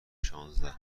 شانزده